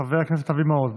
חבר הכנסת אבי מעוז,